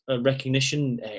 recognition